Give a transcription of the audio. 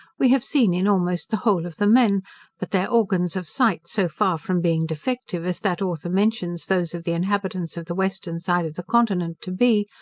we have seen in almost the whole of the men but their organs of sight so far from being defective, as that author mentions those of the inhabitants of the western side of the continent to be,